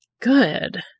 Good